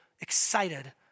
excited